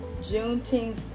Juneteenth